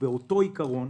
באותו עיקרון